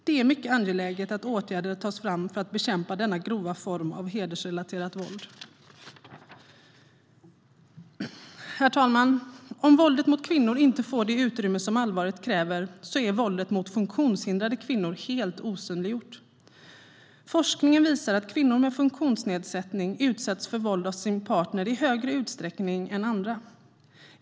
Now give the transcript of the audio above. Det är mycket angeläget att åtgärder tas fram för att bekämpa denna grova form av hedersrelaterat våld. Herr talman! Våldet mot kvinnor får inte det utrymme som allvaret kräver. Men våldet mot funktionshindrade kvinnor är helt osynliggjort. Forskning visar att kvinnor med funktionsnedsättning utsätts för våld av sin partner i högre utsträckning än andra.